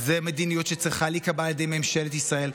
וזו מדיניות שצריכה להיקבע על ידי ממשלת ישראל,